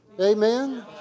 Amen